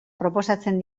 proposatzen